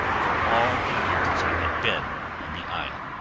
for all the years i had been on the isle.